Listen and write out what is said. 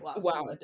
Wow